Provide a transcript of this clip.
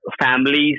families